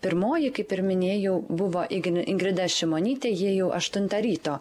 pirmoji kaip ir minėjau buvo ingn ingrida šimonytė ji jau aštuntą ryto